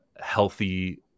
healthy